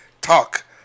talk